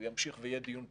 והוא ימשיך ויהיה דיון פתוח,